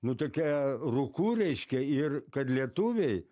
nu tokia rūku reiškia ir kad lietuviai